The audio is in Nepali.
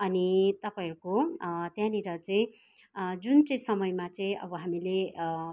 अनि तपाईँहरूको त्यहाँनिर चाहिँ जुन चाहिँ समयमा चाहिँ हामीले